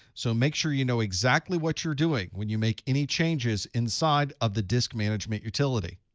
so make sure you know exactly what you're doing when you make any changes inside of the disk management utility.